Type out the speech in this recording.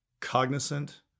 cognizant